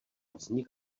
vznik